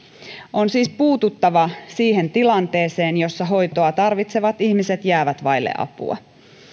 on siis puututtava siihen tilanteeseen jossa hoitoa tarvitsevat ihmiset jäävät vaille apua